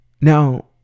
Now